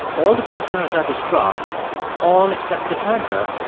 all the prisoners are distraught all except cassandra,